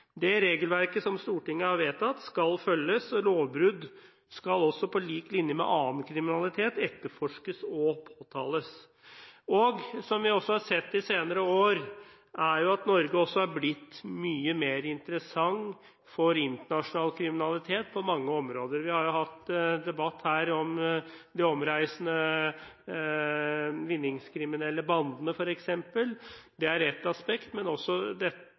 Det regelverket som Stortinget har vedtatt, skal følges, og lovbrudd skal på lik linje med annen kriminalitet etterforskes og påtales. Som vi også har sett de senere år, har Norge blitt mye mer interessant med tanke på internasjonal kriminalitet på mange områder. Vi har f.eks. hatt debatt her om de omreisende vinningskriminelle bandene, det er ett aspekt, men det gjelder også økonomisk kriminalitet på andre områder. For omfattende internasjonale kriminelle nettverk er det